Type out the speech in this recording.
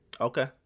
Okay